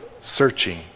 searching